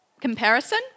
comparison